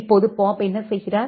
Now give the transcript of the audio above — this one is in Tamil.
இப்போது பாப் என்ன செய்கிறார்